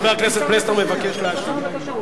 חבר הכנסת פלסנר מבקש להשיב.